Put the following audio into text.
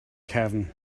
cefn